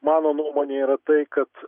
mano nuomone yra tai kad